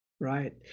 Right